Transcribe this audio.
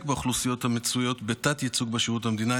באוכלוסיות המצויות בתת-ייצוג בשירות המדינה,